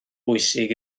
bwysig